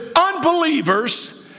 unbelievers